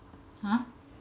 !huh!